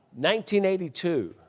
1982